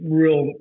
real